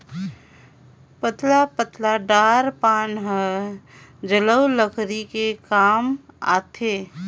पतला पतला डार पान हर जलऊ लकरी के काम आथे